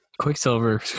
Quicksilver